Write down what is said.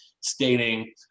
stating